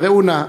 וראו נא,